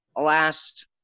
last